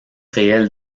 réelle